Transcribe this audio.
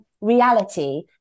reality